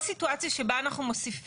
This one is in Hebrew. ולכן כל סיטואציה שבה אנחנו נותנים